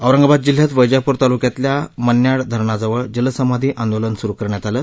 औरंगाबाद जिल्ह्यात वैजापूर तालुक्यातल्या मन्याड धरणाजवळ जलसमाधी आंदोलन सुरू करण्यात आलं